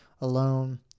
alone